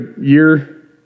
year